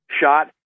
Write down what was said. shot